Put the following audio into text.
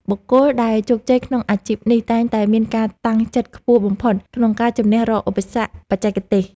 បុគ្គលដែលជោគជ័យក្នុងអាជីពនេះតែងតែមានការតាំងចិត្តខ្ពស់បំផុតក្នុងការជម្នះរាល់ឧបសគ្គបច្ចេកទេស។